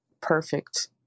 perfect